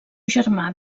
germà